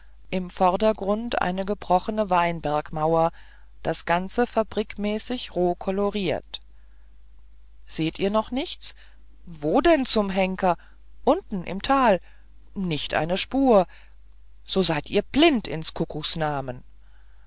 im vordergrund eine gebrochene weinbergmauer das ganze fabrikmäßig roh koloriert seht ihr noch nichts wo denn zum henker unten im tal nicht eine spur so seid ihr blind ins kuckucks namen